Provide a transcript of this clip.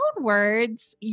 words